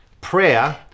Prayer